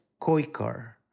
Koikar